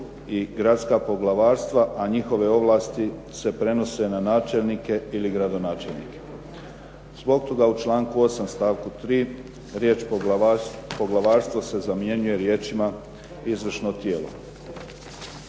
i gradska poglavarstva, a njihove ovlasti se prenose na načelnike ili gradonačelnike. Zbog toga u članku 8. stavku 3. riječ “poglavarstvo“ se zamjenjuje riječima “izvršno tijelo“